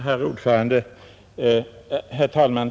Herr talman!